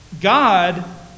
God